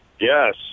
Yes